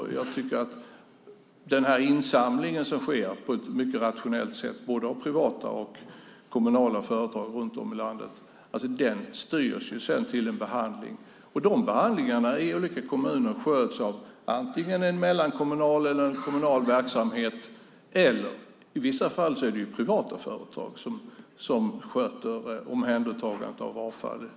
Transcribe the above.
Den insamling som sker på ett mycket rationellt sätt både av privata och kommunala företag runt om i landet styrs sedan till en behandling. De behandlingarna sköts i de olika kommunerna av antingen en mellankommunal eller en kommunal verksamhet. I vissa fall är det privata företag som sköter omhändertagandet av avfallet.